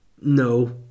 no